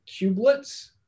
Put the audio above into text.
cubelets